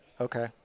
Okay